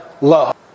love